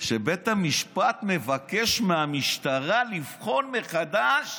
שבית המשפט מבקש מהמשטרה לבחון מחדש